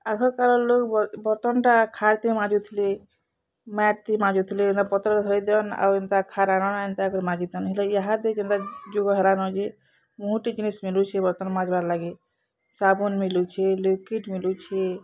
ଆଗକାଲର୍ ଲୋକ୍ ବର୍ତ୍ତନ୍ଟା ଖାର୍ତି ମାଜୁଥିଲେ ମାଏଟ୍ତି ମାଜୁଥିଲେ ଏନ୍ତା ପତ୍ର ଧରେଇ ଦିଅନ୍ ଆଉ ଏନ୍ତା ଖାର ଆନନ୍ ଏନ୍ତା କରି ମାଜି ଦିଅନ୍ ହେଲେ ଇହାଦେ ଯେନ୍ତା ଯୁଗ ହେଲାନ ଯେ ବହୁତ୍ ଟେ ଜିନିଷ୍ ମିଲୁଛେ ବର୍ତ୍ତମାନ୍ ମାଜ୍ବାର୍ ଲାଗି ସାବୁନ୍ ମିଲୁଛେ ଲିକୁଇଡ଼୍ ମିଲୁଛେ